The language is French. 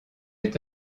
est